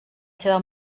seva